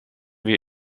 wie